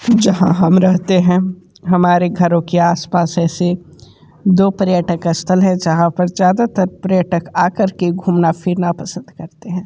जहाँ हम रहते हैं हमारे घरों के आसपास ऐसे दो पर्यटक स्थल है जहाँ पर ज़्यादातर पर्यटक आकर के घूमना फिरना पसंद करते हैं